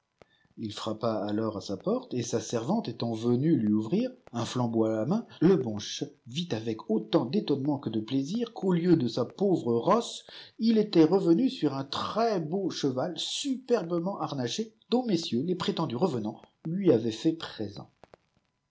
il frappa alors à sa porte et sa servante étant venue lui ouvrir un fiambeau à la main le bon ch vit avec autant d'étonnement que de plaisir qu'au lieu de sa pauvre rosse il était revenu sur un très beau cheval superbement harnaché dont messieurs les prétendus revenants lui avaient fait présent